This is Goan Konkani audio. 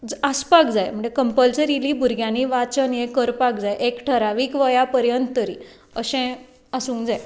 कंमपलसरिली भुरग्यांनी वाचन हें करपाक जाय एक ठरावीक वया पर्यंत तरी अशें आसूंक जाय